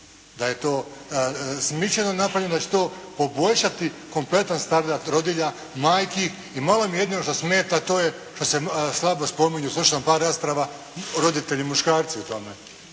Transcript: Da je to smišljeno napravljeno da će to poboljšati kompletno … /Govornik se ne razumije./ … rodilja, majki i malo mi jedino što smeta to je što se slabo spominju, slušam na par rasprava roditelji muškarci u tome.